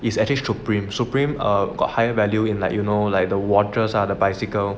is actually Supreme Supreme err got higher value in like you know like the waters ah the bicycles